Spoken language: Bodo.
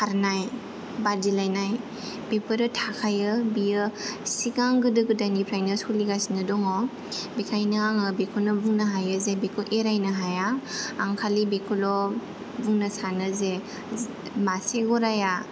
खारनाइ बादिलायनाय बेफोरो थाखायो बियो सिगां गोदो गोदायनिफ्रायनो सलिगासिनो दं बेखायनो आङो बेखौनो बुंनो हायो जे बेखौ एरायनो हाया आं खालि बेखौल' बुंनो सानो जे मासे गराया